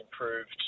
improved